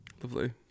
Lovely